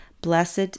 Blessed